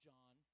John